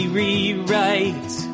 rewrite